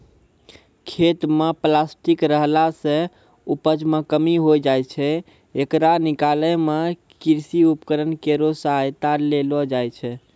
खेत म प्लास्टिक रहला सें उपज मे कमी होय जाय छै, येकरा निकालै मे कृषि उपकरण केरो सहायता लेलो जाय छै